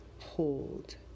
Hold